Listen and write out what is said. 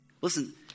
Listen